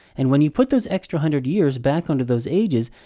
and when you put those extra hundred years back onto those ages,